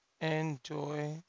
Enjoy